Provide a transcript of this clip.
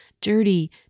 dirty